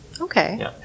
Okay